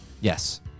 Yes